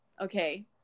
okay